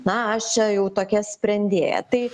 na aš čia jau tokia sprendėja tai